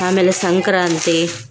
ಆಮೇಲೆ ಸಂಕ್ರಾಂತಿ